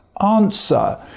answer